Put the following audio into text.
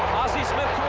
ozzie smith